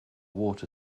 water